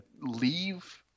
Leave